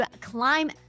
climb